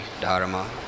Dharma